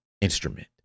instrument